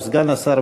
או סגן השר,